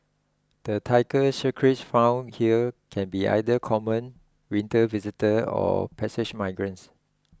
the Tiger Shrikes found here can be either common winter visitor or passage migrants